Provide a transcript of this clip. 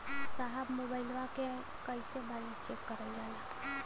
साहब मोबइलवा से कईसे बैलेंस चेक करल जाला?